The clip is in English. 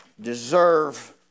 deserve